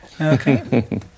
Okay